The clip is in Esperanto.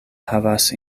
havas